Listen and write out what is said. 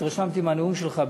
התרשמתי מהנאום שלך,